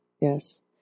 yes